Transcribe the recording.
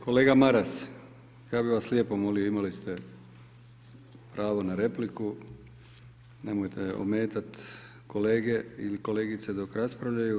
Kolega Maras, ja bi vas lijepo molio, imali ste pravo na repliku, nemojte ometati kolege i kolegice dok raspravljaju.